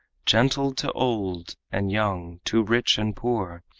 gentle to old and young, to rich and poor,